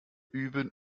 üben